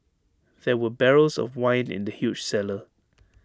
there were barrels of wine in the huge cellar